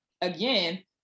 again